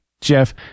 Jeff